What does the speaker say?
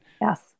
Yes